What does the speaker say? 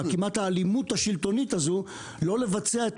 כמעט האלימות השלטונית הזו לא לבצע את